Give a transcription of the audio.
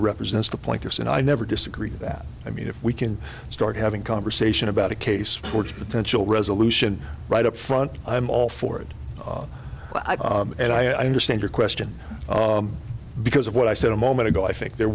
represents the pointers and i never disagreed that i mean if we can start having conversation about a case towards potential resolution right up front i'm all for it and i understand your question because of what i said a moment ago i think there